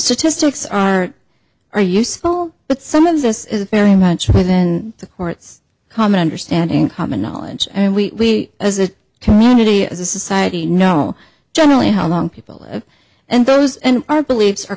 statistics are are useful but some of this is very much for that and the courts common understanding common knowledge and we as a community as a society know generally how long people live and those and our believes are